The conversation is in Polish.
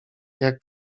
jak